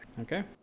Okay